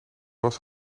was